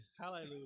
Hallelujah